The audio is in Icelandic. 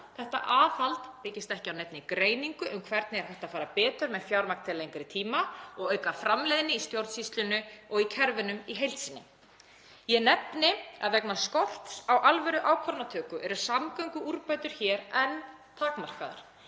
Þetta aðhald byggist ekki á neinni greiningu um hvernig er hægt að fara betur með fjármagn til lengri tíma og auka framleiðni í stjórnsýslunni og í kerfunum í heild sinni. Ég nefni að vegna skorts á alvöruákvarðanatöku eru samgönguúrbætur hér enn takmarkaðar.